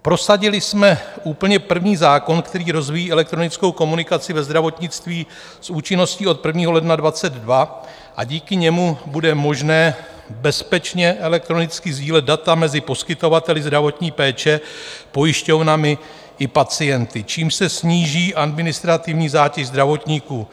Prosadili jsme úplně první zákon, který rozvíjí elektronickou komunikaci ve zdravotnictví s účinností od 1. ledna 2022 a díky němu bude možné bezpečně elektronicky sdílet data mezi poskytovateli zdravotní péče, pojišťovnami i pacienty, čímž se sníží administrativní zátěž zdravotníků.